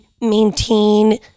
maintain